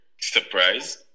surprise